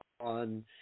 On